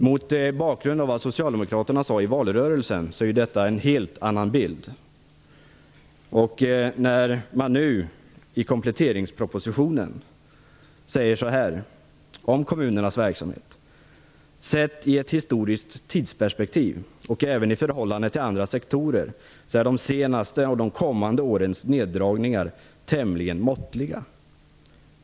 Mot bakgrund av vad Socialdemokraterna sade i valrörelsen så är ju detta en helt annan bild. I kompletteringspropositionen säger man så här om kommunernas verksamhet: Sett i ett historiskt tidsperspektiv och även i förhållande till andra sektorer är de senaste och de kommande årens neddragningar tämligen måttliga.